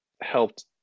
helped